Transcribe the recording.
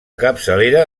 capçalera